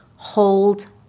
Hold